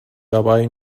dabei